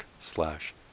slash